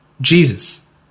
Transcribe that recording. Jesus